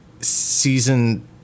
season